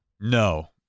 No